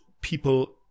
people